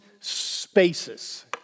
spaces